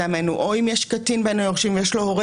או אם יש קטין בין היורשים ויש לו הורה